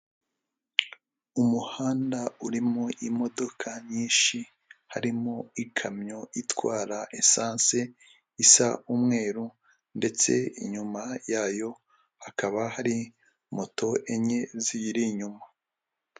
Umuhanda urimo imodoka nyinshi harimo ikamyo itwara esanse isa umweru ndetse inyuma yayo hakaba hari moto enye ziyiri inyuma.